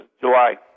July